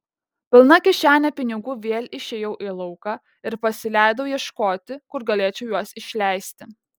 pilna kišene pinigų vėl išėjau į lauką ir pasileidau ieškoti kur galėčiau juos išleisti